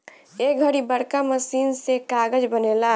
ए घड़ी बड़का मशीन से कागज़ बनेला